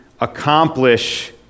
accomplish